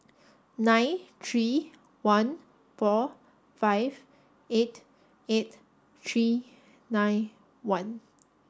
nine three one four five eight eight three nine one